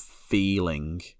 feeling